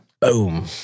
Boom